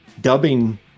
dubbing